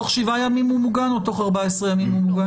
תוך שבעה ימים הוא מוגן או תוך 14 ימים או מוגן?